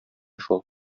шул